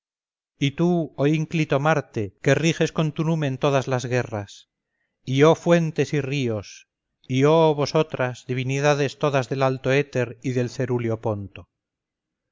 y tú oh ínclito marte que riges con tu numen todas las guerras y oh fuentes y ríos y oh vosotras divinidades todas del alto éter y del cerúleo ponto